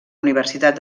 universitat